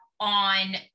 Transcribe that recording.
on